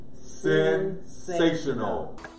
sensational